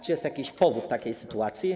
Czy jest jakiś powód tej sytuacji?